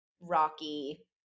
rocky